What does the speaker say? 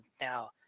now